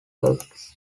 works